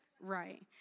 Right